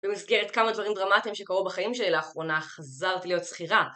במסגרת כמה דברים דרמטיים שקרו בחיים שלי לאחרונה חזרתי להיות שכירה